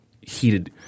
heated